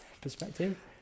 perspective